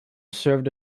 served